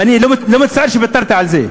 ואני לא מצטער שוויתרתי על זה.